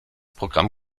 programm